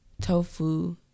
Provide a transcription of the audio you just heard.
tofu